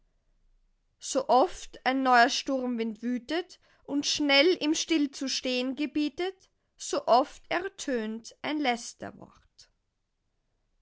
fort sooft ein neuer sturmwind wütet und schnell ihm stillzustehn gebietet sooft ertönt ein